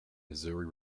missouri